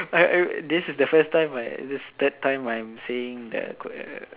this is the first time is third time I'm saying the ques~